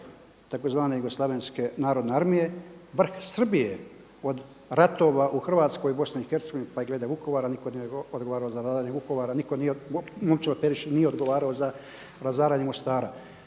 takozvane Jugoslavenske narodne armije, vrh Srbije od ratova u Hrvatskoj, Bosni i Hercegovini pa i glede Vukovara, nitko nije odgovarao za razaranje Vukovara, nitko nije odgovarao za razaranje Mostara